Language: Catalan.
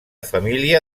família